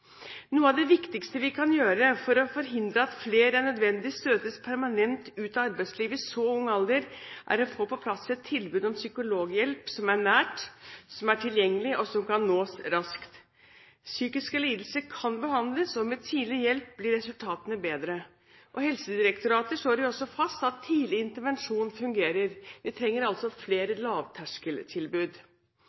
Noe av det viktigste vi kan gjøre for å forhindre at flere enn nødvendig støtes permanent ut av arbeidslivet i så ung alder, er å få på plass et tilbud om psykologhjelp som er nært, som er tilgjengelig, og som kan nås raskt. Psykiske lidelser kan behandles, og med tidlig hjelp blir resultatene bedre. Helsedirektoratet slår jo også fast at tidlig intervensjon fungerer. Vi trenger altså flere lavterskeltilbud.